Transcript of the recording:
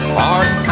hard